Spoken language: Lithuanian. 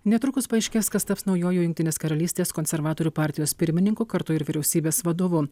netrukus paaiškės kas taps naujuoju jungtinės karalystės konservatorių partijos pirmininku kartu ir vyriausybės vadovu